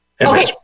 Okay